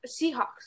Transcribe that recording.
Seahawks